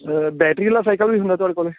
battery ਵਾਲਾ cycle ਵੀ ਹੁੰਦਾ ਤੁਹਾਡੇ ਕੋਲ